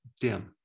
DIM